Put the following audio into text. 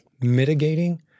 mitigating